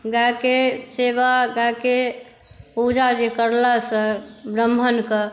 गायके सेवा गायके पूजा जे करलासँ ब्राह्मणके